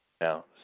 Now